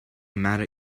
mad